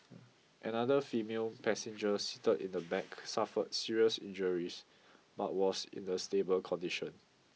another female passenger seated in the back suffered serious injuries but was in a stable condition